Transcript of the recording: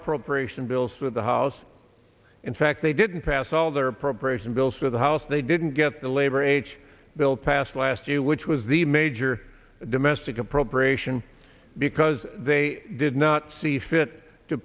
appropriation bills for the house in fact they didn't pass all their appropriation bills for the house they didn't get the labor h bill passed last year which was the major domestic appropriation because they did not see fit to